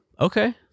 Okay